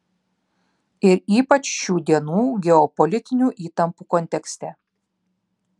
ir ypač šių dienų geopolitinių įtampų kontekste